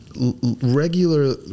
Regular